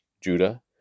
Judah